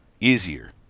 easier